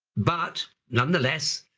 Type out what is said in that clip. but, nonetheless,